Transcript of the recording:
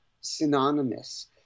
synonymous